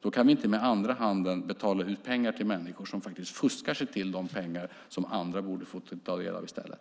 Då kan vi inte med andra handen betala ut ersättning till människor som fuskar sig till de pengar som andra borde få ta del av i stället.